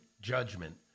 judgment